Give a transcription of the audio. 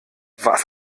was